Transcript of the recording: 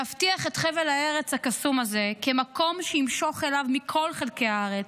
להבטיח את חבל הארץ הקסום הזה כמקום שימשוך אליו מכל חלקי הארץ,